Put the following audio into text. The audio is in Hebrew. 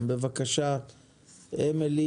בסמכות המפקח על המחירים לקבל כל נתון שהוא רוצה.